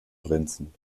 prinzen